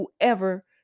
whoever